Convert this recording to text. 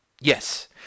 Yes